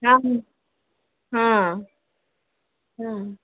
ନା ହଁ ହଁ